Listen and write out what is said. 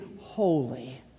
holy